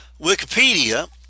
Wikipedia